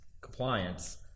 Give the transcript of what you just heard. compliance –